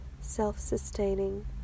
self-sustaining